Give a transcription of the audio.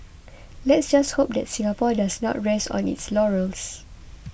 let's just hope that Singapore does not rest on its laurels